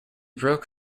broke